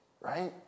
Right